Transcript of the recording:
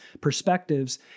perspectives